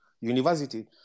university